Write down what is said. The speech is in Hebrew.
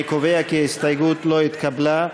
אני קובע כי ההסתייגות לא התקבלה.